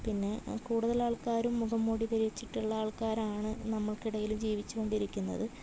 പിന്നെ കൂടുതലാൾക്കാരും മുഖംമൂടി ധരിച്ചിട്ടുള്ള ആൾക്കാരാണ് നമുക്കിടയിൽ ജീവിച്ചുകൊണ്ടിരിക്കുന്നത്